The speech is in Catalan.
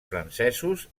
francesos